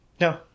No